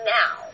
now